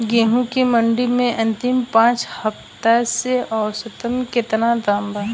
गेंहू के मंडी मे अंतिम पाँच हफ्ता से औसतन केतना दाम बा?